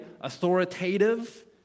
authoritative